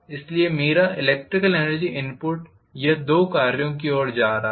इसलिए मेरा electrical energy input यह दो कार्यों की ओर जा रहा है